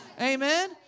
amen